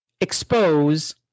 expose